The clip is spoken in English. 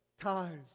tithes